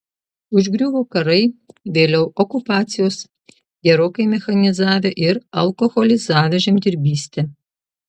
užgriuvo karai vėliau okupacijos gerokai mechanizavę ir alkoholizavę žemdirbystę